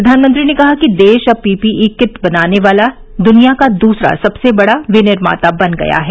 प्रधानमंत्री ने कहा कि देश अब पीपीई किट बनाने वाला दुनिया का दूसरा सबसे बड़ा विनिर्माता बन गया है